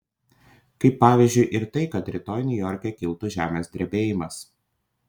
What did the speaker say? kaip pavyzdžiui ir tai kad rytoj niujorke kiltų žemės drebėjimas